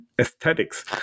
aesthetics